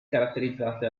caratterizzate